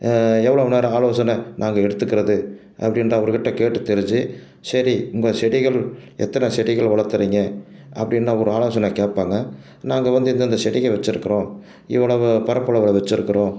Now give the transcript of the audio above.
எவ்வளோ நேரம் ஆலோசனை நாங்கள் எடுத்துக்கிறது அப்படின்னு அவர் கிட்டே கேட்டு தெரிஞ்சு சரி உங்கள் செடிகள் எத்தனை செடிகள் வளர்த்துறீங்க அப்படின்னா ஒரு ஆலோசனை கேட்பாங்க நாங்கள் வந்து இந்தெந்த செடிகள் வச்சுருக்குறோம் இவ்வளவு பரப்பளவில் வச்சுருக்குறோம்